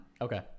Okay